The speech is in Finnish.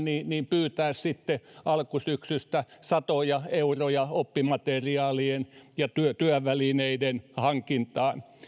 pyytää alkusyksystä satoja euroja oppimateriaalien ja työvälineiden hankintaan